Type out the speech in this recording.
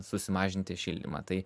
susimažinti šildymą tai